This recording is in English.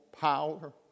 power